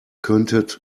könntet